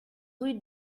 rue